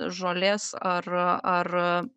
žolės ar ar